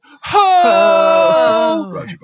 Ho